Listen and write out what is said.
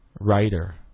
writer